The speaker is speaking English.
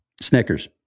Snickers